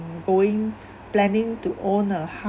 going planning to own a house